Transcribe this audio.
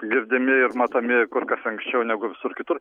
girdimi ir matomi kur kas anksčiau negu visur kitur